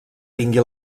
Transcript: tingui